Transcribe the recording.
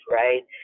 right